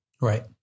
Right